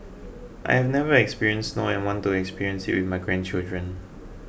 I have never experienced snow and want to experience it with my grandchildren